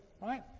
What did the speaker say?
right